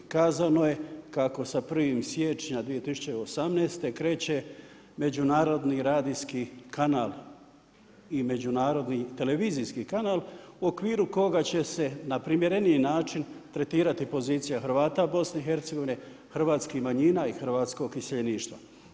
Kazano je kako sa 1. siječnja 2018. kreće međunarodni radijski kanal i međunarodni televizijski kanal u okviru koga će se na primjereniji način tretirati pozicija Hrvata u Bosni i Hercegovini, hrvatskih manjina i hrvatskog iseljeništva.